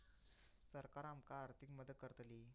सरकार आमका आर्थिक मदत करतली?